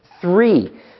Three